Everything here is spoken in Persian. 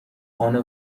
خانه